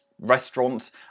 restaurant's